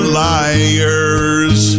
liars